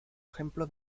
ejemplo